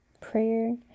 Prayer